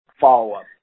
follow-up